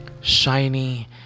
Shiny